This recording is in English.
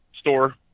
store